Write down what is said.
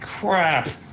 crap